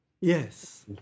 Yes